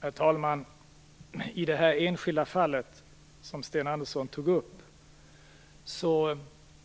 Herr talman! I det enskilda fall som Sten Andersson tog upp